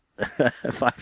five